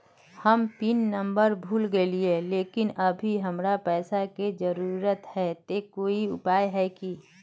हम pin number भूल गेलिये लेकिन अभी हमरा पैसा के जरुरत है ते कोई उपाय है की?